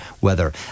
weather